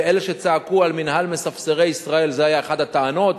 ואלה שצעקו על "מינהל מספסרי ישראל" זה היה אחת הטענות,